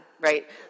right